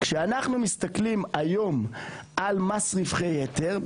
כשאנחנו מסתכלים היום על מס רווחי יתר,